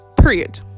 period